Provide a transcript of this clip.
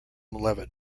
levitt